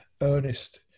Ernest